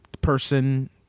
person